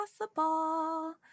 possible